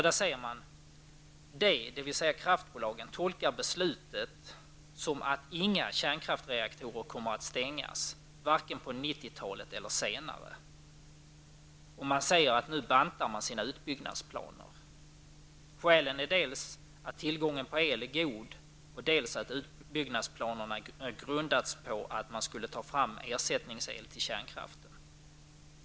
Där säger man att kraftbolagen tolkar beslutet som att inga kärnkraftsreaktorer kommer att stängas, varken på 90-talet eller senare. Man säger vidare att man nu bantar sina utbyggnadsplaner. Skälet är dels att tillgången på el är god, dels att utbyggnadsplanerna grundats på att man skulle ta fram ersättningsel till kärnkraften.